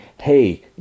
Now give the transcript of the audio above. hey